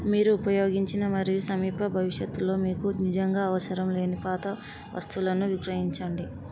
మీరు ఉపయోగించిని మరియు సమీప భవిష్యత్తులో మీకు నిజంగా అవసరం లేని పాత వస్తువులను విక్రయించండి